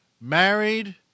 married